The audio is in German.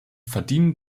verdienen